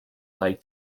like